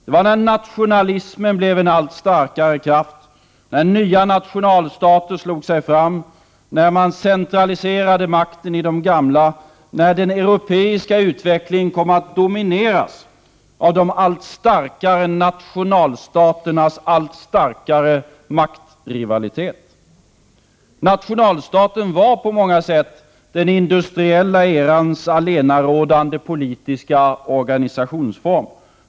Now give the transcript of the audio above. Det var då nationalismen blev en allt starkare kraft, när nya nationalstater slog sig fram, när man centraliserade makten de gamla, när den europeiska utvecklingen kom att domineras av de allt starkare nationalstaternas allt starkare maktrivalitet. Nationalstaten var på många sätt den industriella erans allenarådande politiska organisationsform.